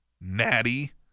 Natty